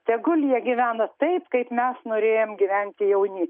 tegul jie gyvena taip kaip mes norėjom gyventi jauni